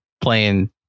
playing